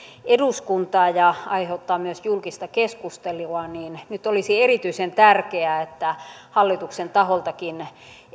eduskuntaan ja aiheuttaa myöskin julkista keskustelua niin nyt olisi erityisen tärkeää että hallituksen taholtakin